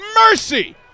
Mercy